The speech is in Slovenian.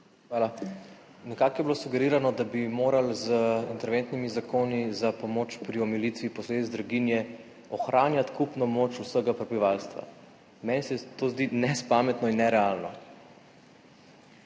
Hvala. Nekako je bilo sugerirano, da bi morali z interventnimi zakoni za pomoč pri omilitvi posledic draginje ohranjati kupno moč vsega prebivalstva. Meni se to zdi nespametno in nerealno.